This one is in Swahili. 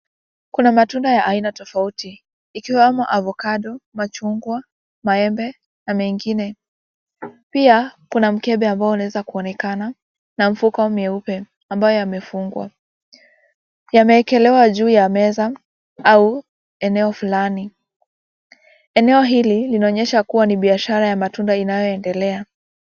Kuna matunda ya aina tofauti ikiwemo avocado, machungwa, maembe na mengine. Pia kuna mkebe ambao unaweza kunaonekana na mfuko mweupe ambayo yamefungwa. Yamewekelewa juu ya meza au eneo fulani. Eneo hili linaonyesha kuwa ni biashara ya matunda inayoendelea.